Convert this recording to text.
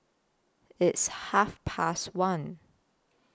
its Half Past one